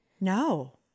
no